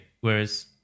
whereas